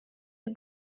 you